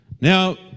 Now